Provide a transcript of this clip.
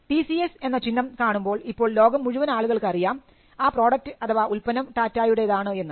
TCS എന്ന ചിഹ്നം കാണുമ്പോൾ ഇപ്പോൾ ലോകം മുഴുവൻ ആളുകൾക്ക് അറിയാം ആ പ്രോഡക്റ്റ് അഥവാ ഉല്പന്നം ടാറ്റായുടേതാണെന്ന്